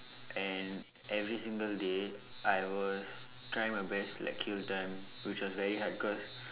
and every single day I will try my best to like kill time which was very hard because